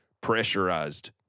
pressurized